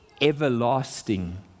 Everlasting